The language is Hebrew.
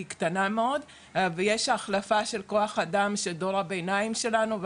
קטנה מאוד ויש ההחלפה של כוח אדם של דור הביניים שלנו,